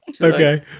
Okay